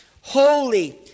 holy